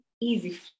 easy